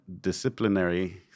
disciplinary